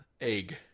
Egg